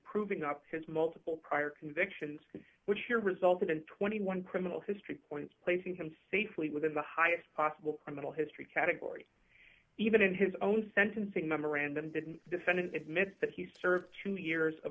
proving up his multiple prior convictions which here resulted in twenty one criminal history points placing him safely within the highest possible criminal history category even in his own sentencing memorandum didn't the defendant admits that he served two years of